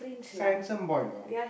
he's a handsome boy you know